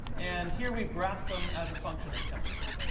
and here we've graphed them as a function of temperature.